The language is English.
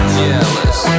jealous